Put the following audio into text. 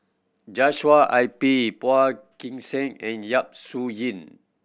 Joshua I P Phua Kin Siang and Yap Su Yin